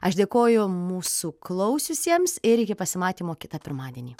aš dėkoju mūsų klausiusiems ir iki pasimatymo kitą pirmadienį